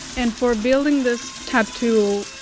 and for building this tattoo,